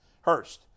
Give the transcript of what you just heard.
Hurst